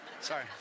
sorry